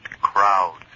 crowds